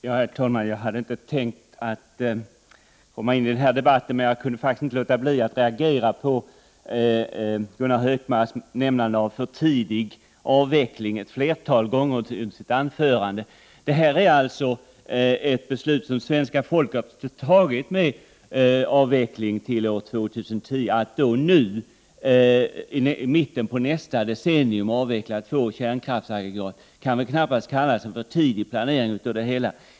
Herr talman! Jag hade inte tänkt gå in i den här debatten, men jag kunde faktiskt inte låta bli att reagera när Gunnar Hökmark använde uttrycket ”för tidig avveckling” ett flertal gånger i sitt anförande. Det gäller här alltså ett beslut som svenska folket har fattat — om avveckling till år 2010. Att i mitten på nästa decennium avveckla två kärnkraftsaggregat kan väl knappast kallas en för tidig planering.